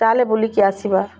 ତାହେଲେ ବୁଲିକି ଆସିବା